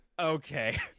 Okay